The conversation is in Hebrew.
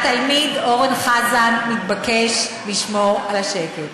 התלמיד אורן חזן מתבקש לשמור על השקט.